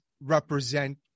represent